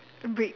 brick